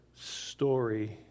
story